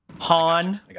Han